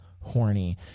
horny